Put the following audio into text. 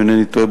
אם איני טועה,